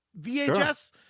VHS